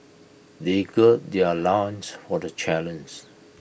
they gird their loins for the